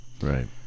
Right